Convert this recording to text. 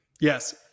Yes